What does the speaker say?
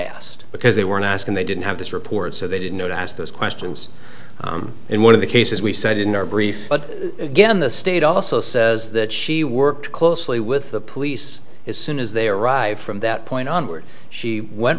asked because they weren't asking they didn't have this report so they didn't know to ask those questions and one of the cases we cited in our brief but again the state also says that she worked closely with the police as soon as they arrived from that point onward she went